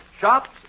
shops